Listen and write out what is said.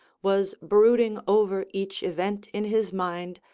was brooding over each event in his mind,